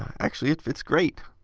actually it fits great!